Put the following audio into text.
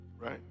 right